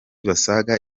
basaga